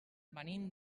venim